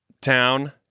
town